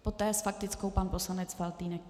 Poté s faktickou pan poslanec Faltýnek.